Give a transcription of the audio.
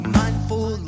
mindful